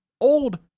old